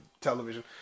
television